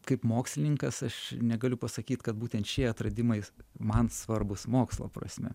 kaip mokslininkas aš negaliu pasakyt kad būtent šie atradimais man svarbūs mokslo prasme